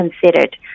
considered